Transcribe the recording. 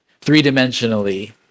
three-dimensionally